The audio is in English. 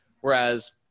whereas